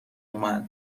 اومد